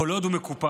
כל עוד הוא מקופח.